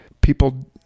people